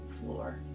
floor